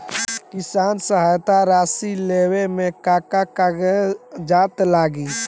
किसान सहायता राशि लेवे में का का कागजात लागी?